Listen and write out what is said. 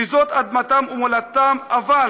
שזאת אדמתם ומולדתם, אבל